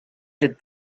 did